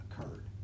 occurred